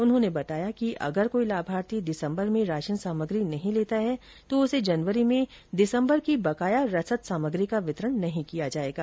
उन्होंने बताया कि अगर कोई लाभार्थी दिसम्बर में राशन सामग्री नहीं लेता है तो उसे जनवरी में दिसम्बर माह की बकाया रसद सामग्री का वितरण नहीं किया जायेगा